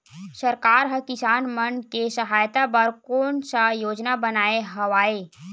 सरकार हा किसान मन के सहायता बर कोन सा योजना बनाए हवाये?